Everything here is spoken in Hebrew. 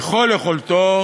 ככל יכולתו